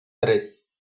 tres